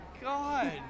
god